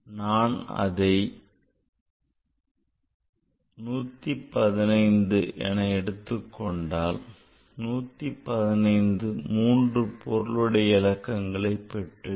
நான் அதை 115 என எடுத்துக் கொண்டால் 115 மூன்று பொருளுடைய இலக்கங்களை பெற்றிருக்கும்